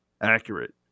accurate